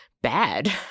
Bad